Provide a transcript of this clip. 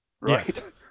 right